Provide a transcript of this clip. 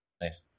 Nice